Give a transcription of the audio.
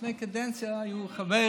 שלפני קדנציה היו חברים.